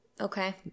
Okay